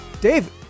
Dave